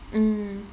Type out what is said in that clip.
mm